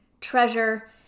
treasure